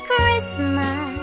Christmas